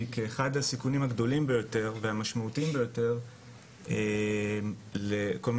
כאחד הסיכונים הגדולים ביותר והמשמעותיים ביותר לכל מה